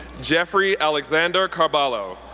jeffrey alexander carballo,